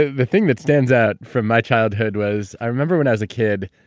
ah the thing that stands out from my childhood was, i remember when i was a kid,